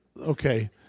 Okay